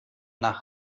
nach